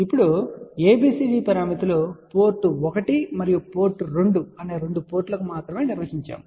ఇప్పుడు ABCD పారామితులు port 1 మరియు పోర్ట్ 2 అనే రెండు పోర్టులకు మాత్రమే నిర్వచించబడ్డాయి